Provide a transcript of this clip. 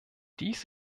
dies